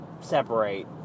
separate